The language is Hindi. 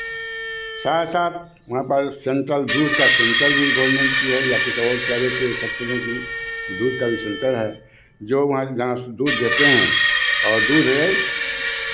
साथ साथ वहाँ पर सेंट्रल दूध का सेंटर भी गवर्मेंट की है या कुछ और प्राइवेट सेक्टरों की दूध का भी सेंटर है जो वहाँ जहाँ से दूध देते हैं और दूध है